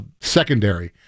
secondary